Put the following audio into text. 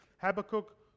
Habakkuk